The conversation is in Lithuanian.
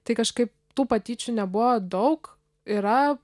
tai kažkaip tų patyčių nebuvo daug yra